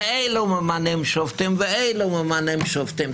ואלו ממנים שופטים ואלו ממנים שופטים.